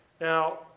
Now